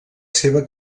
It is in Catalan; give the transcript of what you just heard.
seva